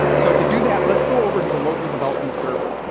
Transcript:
so to do that, let's go over to the local development server.